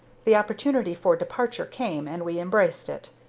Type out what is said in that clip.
the opportunity for departure came, and we embraced it.